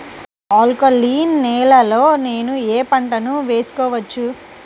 Alkaline నేలలో నేనూ ఏ పంటను వేసుకోవచ్చు?